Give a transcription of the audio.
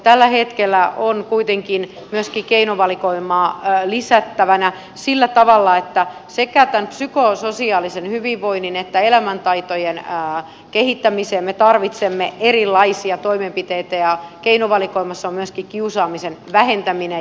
tällä hetkellä on kuitenkin myöskin keinovalikoimaa lisättävänä sillä tavalla että sekä tämän psykososiaalisen hyvinvoinnin että elämäntaitojen kehittämiseen me tarvitsemme erilaisia toimenpiteitä ja keinovalikoimassa on myöskin kiusaamisen vähentäminen